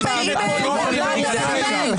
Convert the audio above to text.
אתמול עם דגלי הרוצחים.